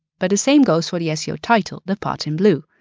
but the same goes for the seo title the part in blue.